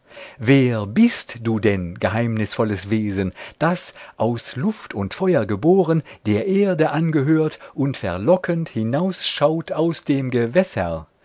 wer bist du denn geheimnisvolles wesen das aus luft und feuer geboren der erde angehört und verlockend hinausschaut aus dem gewässer